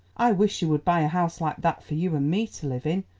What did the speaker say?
i wish you would buy a house like that for you and me to live in.